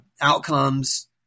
outcomes